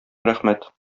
рәхмәт